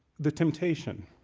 the temptation,